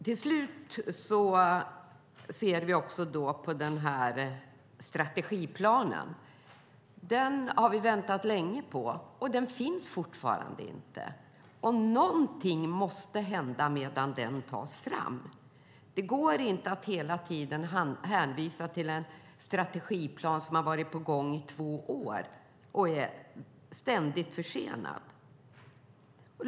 Vi har väntat länge på strategiplanen, men den finns fortfarande inte. Någonting måste hända medan den tas fram. Det går inte att hela tiden hänvisa till en strategiplan som har varit på gång i två år och ständigt är försenad.